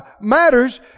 matters